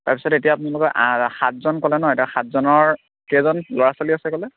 তাৰপিছত এতিয়া আপোনালোকৰ আ সাতজন ক'লে ন এতিয়া সাতজনৰ কেইজন ল'ৰা ছোৱালী আছে ক'লে